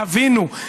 תבינו,